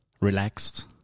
relaxed